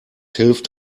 hilft